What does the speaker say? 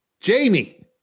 jamie